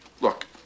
Look